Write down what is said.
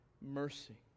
mercy